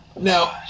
Now